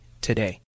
today